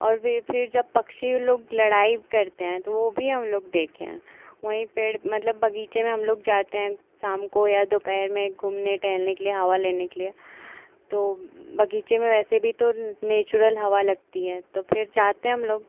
और वह फिर जब पक्षी वह लोग लड़ाई भी करते हैं तो वह भी हमलोग देखे हैं वहीं पेड़ मतलब बगीचे में हमलोग जाते हैं शाम को या दोपहर में घूमने टहलने के लिए हवा लेने के लिए तो बगीचे में वैसे भी तो नेचुरल हवा लगती है तो फिर जाते हैं हमलोग